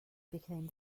became